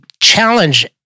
challenge